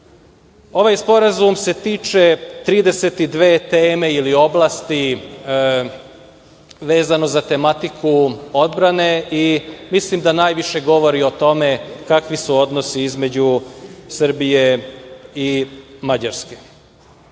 Ovaj sporazum se tiče 32 teme ili oblasti vezano za tematiku odbrane i mislim da najviše govori o tome kakvi su odnosi između Srbije i Mađarske. Što